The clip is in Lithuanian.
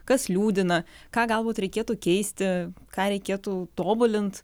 kas liūdina ką galbūt reikėtų keisti ką reikėtų tobulint